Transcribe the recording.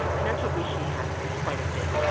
and that's what we see happening, quite a bit.